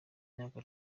myaka